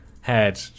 head